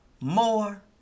more